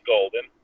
Golden